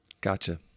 gotcha